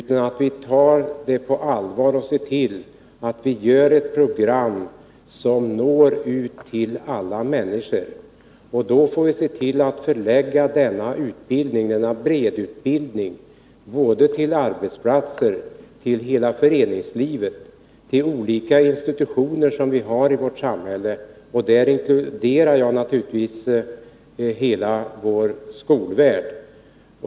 Vi måste ta detta på allvar och se till att vi gör ett program som når ut till alla människor. Då får vi se till att förlägga denna breddutbildning till arbetsplatser, till hela föreningslivet, till olika institutioner som vi har i vårt samhälle — och däri inkluderar jag naturligtvis hela vår skolvärld.